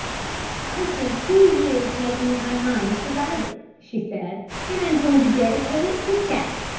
i've been two years making up my mind to write it, she said, and i'm going to dedicate it to jack.